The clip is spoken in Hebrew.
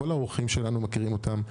כל העורכים שלנו מכירים אותם.